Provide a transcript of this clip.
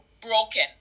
broken